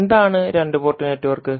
എന്താണ് രണ്ട് port network